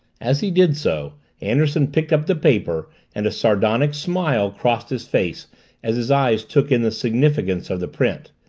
as he did so anderson picked up the paper and a sardonic smile crossed his face as his eyes took in the significance of the print.